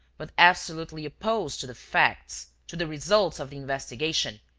but absolutely opposed to the facts, to the results of the investigation,